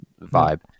vibe